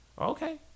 Okay